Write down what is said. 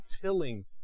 tilling